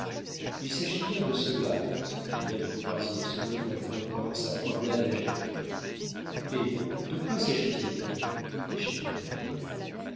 il s'agit bien de cela s'écria du croisier se levant et reprenant sa promenade agitée hé de quoi s'agit-il donc fit chesnel étonné